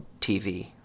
tv